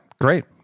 great